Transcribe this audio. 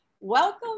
welcome